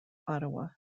ottawa